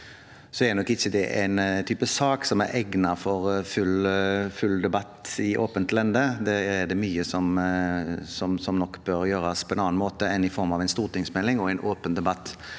det nok ikke en type sak som er egnet for full debatt i åpent lende. Der er det mye som nok bør gjøres på en annen måte enn i form av en stortingsmelding og en åpen debatt.